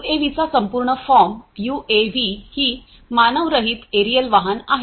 यूएव्हीचा संपूर्ण form UAV ही मानवरहित एरियल वाहन आहे